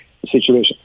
situation